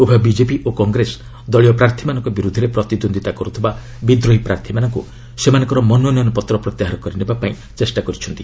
ଉଭୟ ବିଜେପି ଓ କଂଗ୍ରେସ ଦଳୀୟ ପ୍ରାର୍ଥୀମାନଙ୍କ ବିରୃଦ୍ଧରେ ପ୍ରତିଦ୍ୱନ୍ଦୀତା କର୍ତ୍ତିବା ବିଦ୍ରୋହୀ ପ୍ରାର୍ଥୀମାନଙ୍କୁ ସେମାନଙ୍କର ମନୋନୟନପତ୍ର ପ୍ରତ୍ୟାହାର କରିନେବା ପାଇଁ ଚେଷ୍ଟା କରିଛନ୍ତି